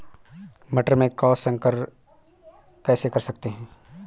मटर में क्रॉस संकर कैसे कर सकते हैं?